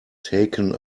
taken